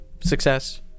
success